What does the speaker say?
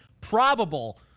probable